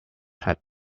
had